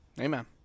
Amen